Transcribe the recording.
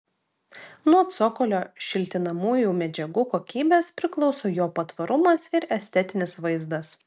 nuo cokolio šiltinamųjų medžiagų kokybės priklauso jo patvarumas ir estetinis vaizdas